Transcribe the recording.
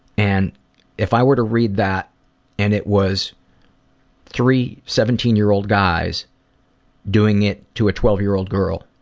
and if i were to read that and it was three seventeen year old guys doing it to a twelve year old girl,